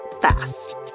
fast